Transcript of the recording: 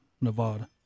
Nevada